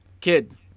Kid